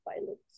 violence